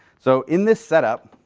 so, in this set up,